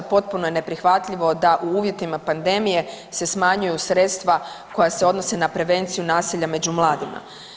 Potpuno je neprihvatljivo da u uvjetima pandemije se smanjuju sredstva koja se odnose na prevenciju nasilja među mladima.